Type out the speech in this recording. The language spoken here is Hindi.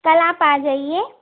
कल आप आ जाइए